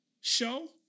show